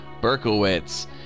Berkowitz